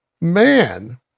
man